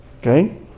okay